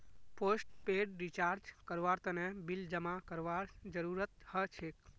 postpaid recharge करवार तने bill जमा करवार जरूरत हछेक